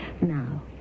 Now